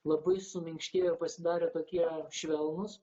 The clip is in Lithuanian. labai suminkštėjo ir pasidarė tokie švelnūs